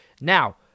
Now